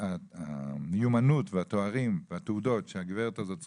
המיומנות והתארים והתעודות שהגברת הזאת צריכה,